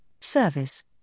service